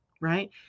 right